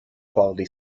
quality